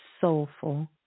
soulful